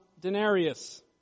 denarius